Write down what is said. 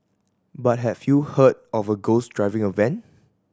but have you heard of a ghost driving a van